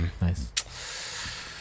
nice